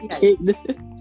kid